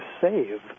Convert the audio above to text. save